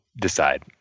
decide